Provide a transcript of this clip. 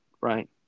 right